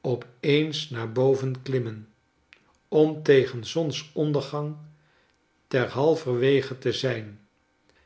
op eens naar boven klimmen om tegen zonsondergang ter halverwege te zijn